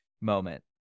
Moment